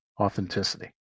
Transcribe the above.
authenticity